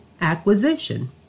acquisition